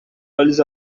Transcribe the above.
olhos